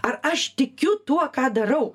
ar aš tikiu tuo ką darau